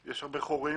יש הרבה חורים.